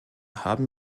haben